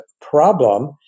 problem